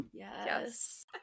yes